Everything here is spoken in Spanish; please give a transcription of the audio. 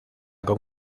con